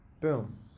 boom